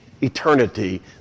eternity